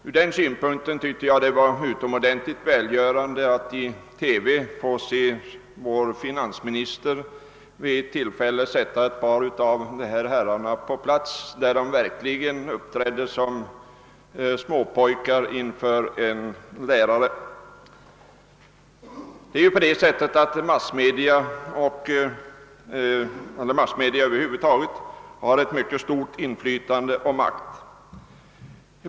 Från den synpunkten tyckte jag det var utomordentligt välgörande att i TV få se vår finansminister vid ett tillfälle sätta ett par av dessa herrar på plats — de kom då verkligen att uppträda som småpojkar inför en lärare. Massmedia över huvud taget har mycket stort inflytande och stor makt.